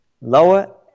Lower